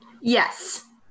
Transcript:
Yes